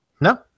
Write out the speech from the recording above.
No